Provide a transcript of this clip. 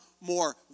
more